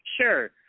Sure